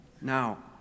Now